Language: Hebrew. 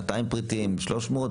200 פריטים ו-300 פריטים,